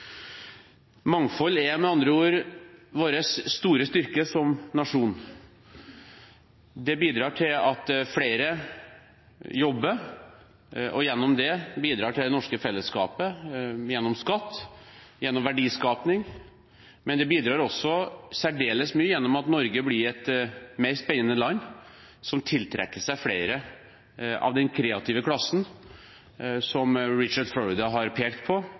Mangfold er med andre ord vår store styrke som nasjon. Det bidrar til at flere jobber – og gjennom det bidrar til det norske fellesskapet gjennom skatt og gjennom verdiskaping, men det bidrar også særdeles mye til at Norge blir et mer spennende land som tiltrekker seg flere av den kreative klassen, noe Richard Florida har pekt på